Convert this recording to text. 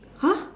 !huh!